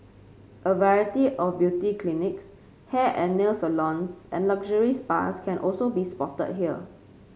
a variety of beauty clinics hair and nail salons and luxury spas can also be spotted here